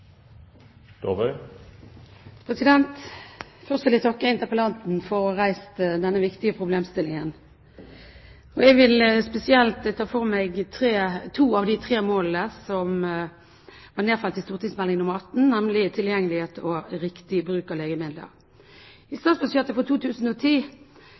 Først vil jeg takke interpellanten for å ha reist denne viktige problemstillingen, og jeg vil spesielt ta for meg to av de tre målene som er nedfelt i St.meld. nr. 18 for 2004–2005, nemlig tilgjengelighet og riktig bruk av legemidler. I